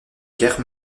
guerre